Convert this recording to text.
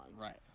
Right